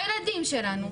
בילדים שלנו,